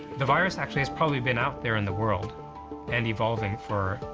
the virus actually has probably been out there in the world and evolving for,